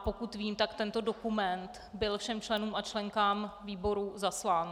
Pokud vím, tak tento dokument byl všem členům a členkám výboru zaslán.